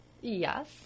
Yes